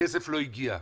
שכסף לא הגיע.